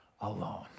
alone